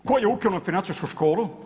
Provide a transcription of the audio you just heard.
Tko je ukinuo financijsku školu?